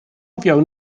fewn